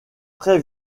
très